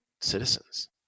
citizens